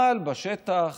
אבל בשטח